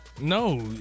no